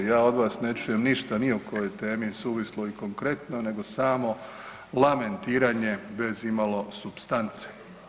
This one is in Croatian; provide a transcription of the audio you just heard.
Ja od vas ne čujem ništa ni o kojoj temi suvislo i konkretno nego samo lamentiranje bez imalo supstance.